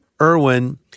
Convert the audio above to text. Irwin